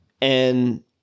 And-